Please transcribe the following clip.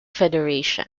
federation